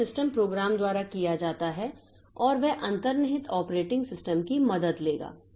यह system programme द्वारा किया जाता है और वह अंतर्निहित ऑपरेटिंग सिस्टम की मदद लेगा